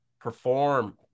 perform